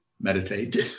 meditate